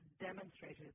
demonstrated